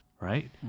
right